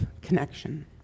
connection